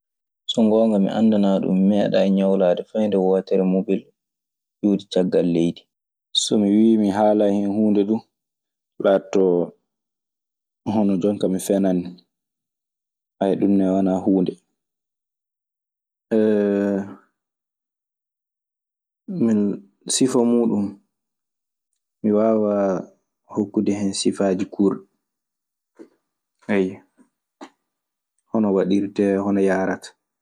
So ngoonga mi anndanaa ɗum mi meeɗaali ñawlaade fay nde wootere mobel iwde caggal leydi. So mi wii mi haalan hen huunde du, laatoto hono jon kaa mi fenan nii. ɗun ne wanaa huunde. Min… Sifa muuɗun, mi waawaa hokkude hen sifaaji kuurɗi. Ayyo, hono waɗirtee, non yaarata.